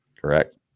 Correct